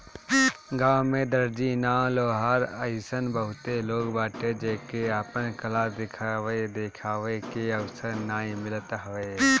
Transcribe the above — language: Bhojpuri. गांव में दर्जी, नाऊ, लोहार अइसन बहुते लोग बाटे जेके आपन कला देखावे के अवसर नाइ मिलत हवे